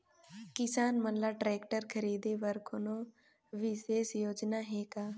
किसान मन ल ट्रैक्टर खरीदे बर कोनो विशेष योजना हे का?